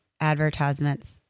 advertisements